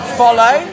follow